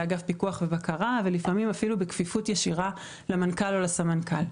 לאגף פיקוח ובקרה ולפעמים אפילו בכפיפות ישירה למנכ"ל או לסמנכ"ל.